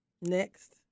Next